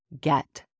get